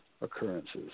occurrences